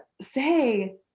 say